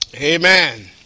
Amen